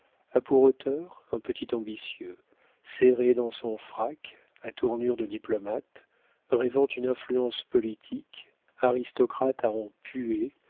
pour auteur un petit ambitieux serré dans son frac à tournure de diplomate rêvant une influence politique aristocrate à en puer